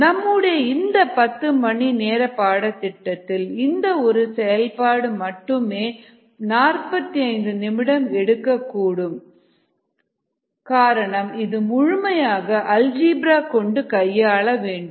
நம்முடைய இந்த பத்து மணி நேர பாடத்திட்டத்தில் இந்த ஒரு செயல் மட்டுமே 45 நிமிடம் எடுக்கக்கூடும் காரணம் இது முழுமையாக அல்ஜிப்ரா கொண்டு கையாள வேண்டும்